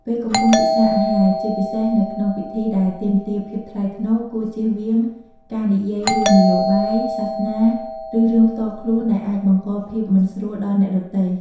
ពេលកំពុងពិសារអាហារ ជាពិសេសនៅក្នុងពិធីដែលទាមទារភាពថ្លៃថ្នូរ គួរជៀសវាងការនិយាយរឿងនយោបាយ សាសនា ឬរឿងផ្ទាល់ខ្លួនដែលអាចបង្កភាពមិនស្រួលដល់អ្នកដទៃ។